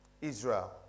Israel